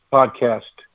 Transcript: Podcast